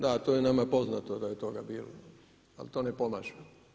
Da, to je nama poznato da je toga bilo, ali to ne pomaže.